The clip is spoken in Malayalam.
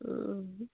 ആ